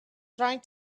trying